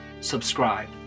subscribe